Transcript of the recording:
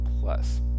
plus